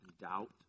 doubt